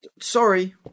Sorry